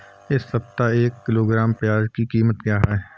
इस सप्ताह एक किलोग्राम प्याज की कीमत क्या है?